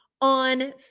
on